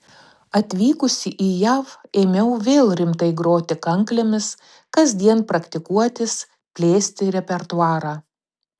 atvykusi į jav ėmiau vėl rimtai groti kanklėmis kasdien praktikuotis plėsti repertuarą